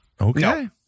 Okay